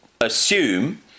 assume